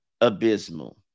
abysmal